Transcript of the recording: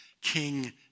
King